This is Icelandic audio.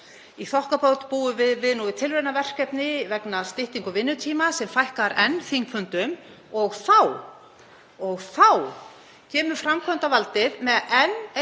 Í þokkabót búum við nú við tilraunaverkefni vegna styttingar vinnutíma sem fækkar enn þingfundum og þá kemur framkvæmdarvaldið með enn einn